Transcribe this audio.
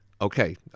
Okay